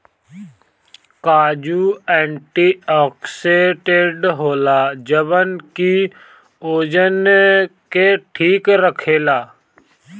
काजू एंटीओक्सिडेंट होला जवन की ओजन के ठीक राखेला